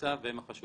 באמצע הם החשובים.